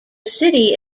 city